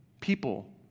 People